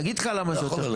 אני אגיד לך למה זה חשוב.